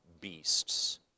beasts